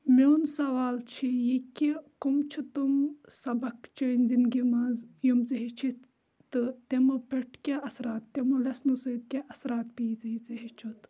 میون سوال چھِ یہِ کہِ کَم چھِ تِم سبق چٲنۍ زِنٛدگی منٛز یِم ژٕ ہیٚچھِتھ تہٕ تِمو پٮ۪ٹھ کیٛاہ اَثرات تِمو لٮ۪سنو سۭتۍ کیٛاہ اَثرات پیٚیہِ ژےٚ یہِ ژےٚ ہیٚچھِتھ